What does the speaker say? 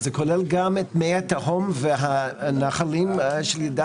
זה כולל גם את מי התהום והנחלים שלידם?